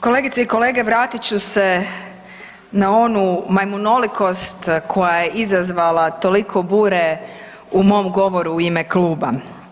Kolegice i kolege, vratit ću se na onu majmunolikost koja je izazvala toliko bure u mom govoru u ime kluba.